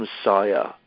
messiah